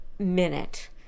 minute